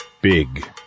Big